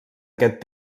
aquest